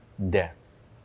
Death